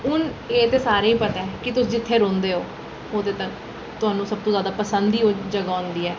हून एह् ते सारें ई पता ऐ कि तुस जित्थै रौंह्दे ओ ओह् ते थुहान्नूं सबतूं जैदा पसंद ई ओह् जगह् होंदी ऐ